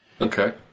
Okay